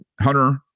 Hunter